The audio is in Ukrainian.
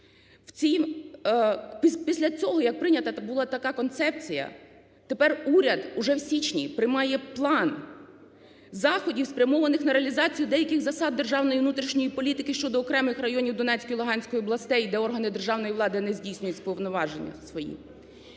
Після цього, як прийнята була така концепція, тепер уряд уже в січні приймає план заходів, спрямованих на реалізацію деяких засад державної внутрішньої політики щодо окремих районів Донецької і Луганської областей, де органи державної влади не здійснюють повноваження свої.